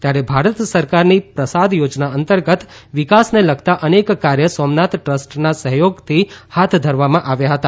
ત્યારે ભારત સરકારની પ્રસાદ યોજના અંતર્ગત વિકાસને લગતા અનેક કાર્ય સોમનાથ ટ્રસ્ટના સહયોગથી હાથ ધરવામાં આવ્યા હતા